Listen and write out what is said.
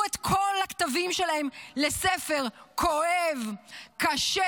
את כל הכתבים שלהם לספר כואב וקשה.